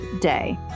day